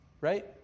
Right